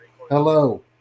Hello